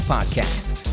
Podcast